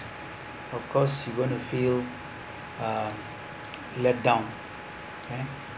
of course you gonna feel uh let down K